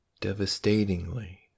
devastatingly